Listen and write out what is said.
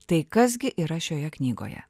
tai kas gi yra šioje knygoje